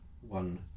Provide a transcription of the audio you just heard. one